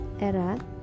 era